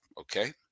Okay